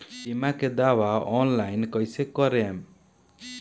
बीमा के दावा ऑनलाइन कैसे करेम?